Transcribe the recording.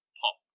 pop